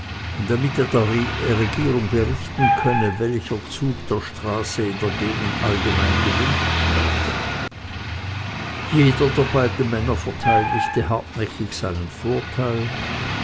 damit er der regierung berichten könne welcher zug der straße in der gegend allgemein gewünscht werde jeder der beiden männer verteidigte hartnäckig seinen vorteil